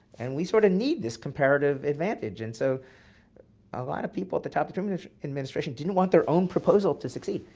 and we sort of need this comparative advantage. and so a lot of people at the top of the truman administration didn't want their own proposal to succeed.